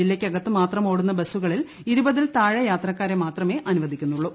ജില്ലക്കകത്തു മാത്രം ഓടുന്ന ബസുകളിൽ ഇരുപതിൽ താഴെ യാത്രക്കാരെ മാത്രമേ അനുവദിക്കൂ